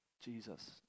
jesus